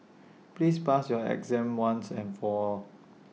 please pass your exam once and for all